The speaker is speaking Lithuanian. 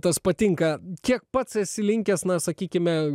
tas patinka kiek pats esi linkęs na sakykime